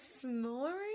snoring